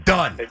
Done